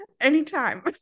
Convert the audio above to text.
anytime